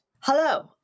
hello